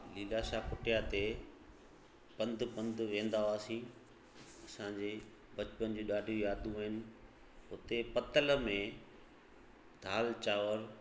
लीलाशाह कुटिया ते पंधु पंधु वेंदा हुआसीं असांजी बचपन जी ॾाढी यादूं आहिनि उते पत्तल में दालि चांवर